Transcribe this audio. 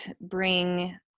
bring